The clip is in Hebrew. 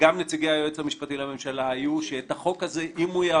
וגם נציגי היועץ המשפטי לממשלה היו ואמרו שאם החוק הזה יעבור